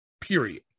period